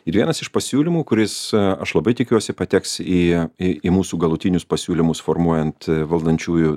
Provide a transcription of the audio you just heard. ir vienas iš pasiūlymų kuris aš labai tikiuosi pateks į į mūsų galutinius pasiūlymus formuojant valdančiųjų